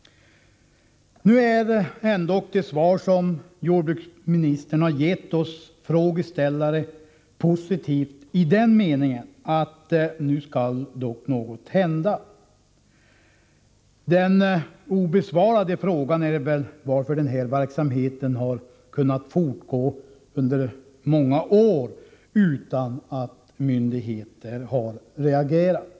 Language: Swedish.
Det svar som jordbruksministern har gett oss frågeställare är ändå positivt i den meningen att något nu skall hända. Den obesvarade frågan är väl varför den här verksamheten har kunnat fortgå under många år utan att myndigheter har reagerat.